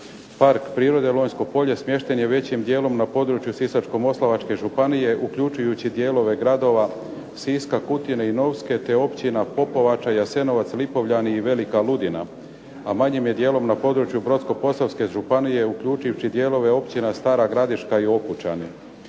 Park prirode Lonjsko polje smješten je većim dijelom na području Sisačko-moslavačke županije uključujući dijelove gradova Siska, Kutine i Novske, te općina Popovača, Jasenovac, Lipovljani i Velika Ludina, a manjim je dijelom na području Brodsko-posavske županije uključivši dijelove općina Stara Gradiška i Okučani.